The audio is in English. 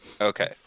okay